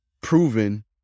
proven